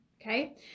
Okay